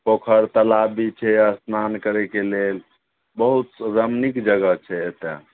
पोखरि तालाब भी छै स्नान करैके लेल बहुत रमनीक जगह छै एतय